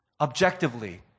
objectively